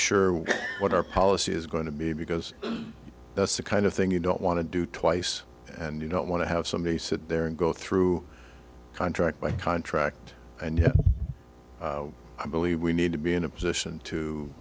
sure what our policy is going to be because that's the kind of thing you don't want to do twice and you don't want to have somebody sit there and go through contract by contract and i believe we need to be in a position